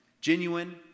genuine